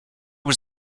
was